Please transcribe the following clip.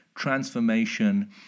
transformation